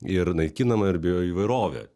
ir naikinama ir bioįvairovė